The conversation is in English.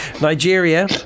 Nigeria